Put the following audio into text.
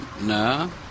No